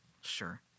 Sure